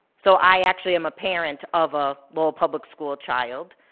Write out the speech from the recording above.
so i actually am a parent of a lowell public school child.